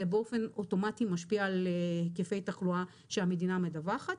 באופן אוטומטי משפיע על היקפי תחלואה שהמדינה מדווחת.